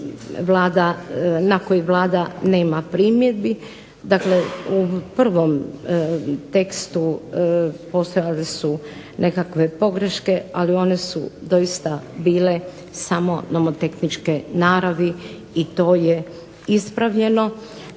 na koji Vlada nema primjedbi, dakle u prvom tekstu postojale su nekakve pogreške ali one su doista bile samo nomotehničke naravi i to je ispravljeno.